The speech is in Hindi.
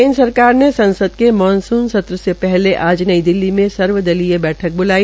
केन्द्र सरकार ने संसद के मानसून सत्र से पहले आज नई दिल्ली में सर्वदलीय बैठक ब्लाई